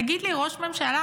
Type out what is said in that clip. תגיד לי, ראש ממשלה,